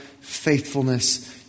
faithfulness